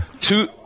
Two